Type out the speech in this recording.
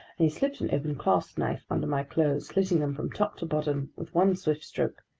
he slipped an open clasp knife under my clothes, slitting them from top to bottom with one swift stroke.